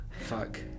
Fuck